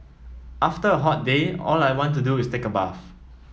after a hot day all I want to do is take a bath